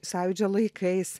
sąjūdžio laikais